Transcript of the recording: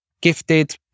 gifted